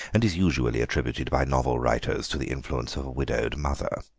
and is usually attributed by novel-writers to the influence of a widowed mother.